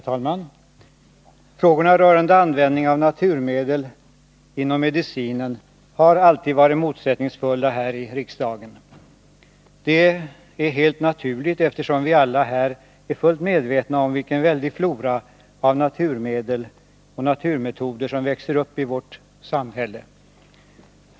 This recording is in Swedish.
Herr talman! Frågorna rörande användning av naturmedel inom medicinen har alltid varit motsättningsfulla i riksdagen. Det är helt naturligt, eftersom vi alla här är fullt medvetna om vilken väldig flora av naturmedel och naturmetoder som växer upp i vårt samhälle.